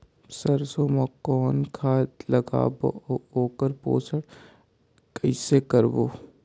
सरसो मा कौन खाद लगाबो अउ ओकर पोषण कइसे करबो?